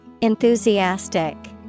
Enthusiastic